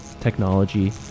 technology